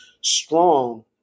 strong